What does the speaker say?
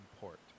port